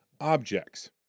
objects